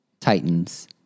Titans